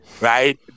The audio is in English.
right